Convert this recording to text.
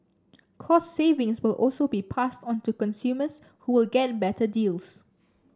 cost savings will also be passed onto consumers who will get better deals